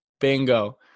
bingo